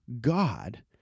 God